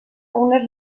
unes